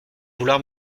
vouloir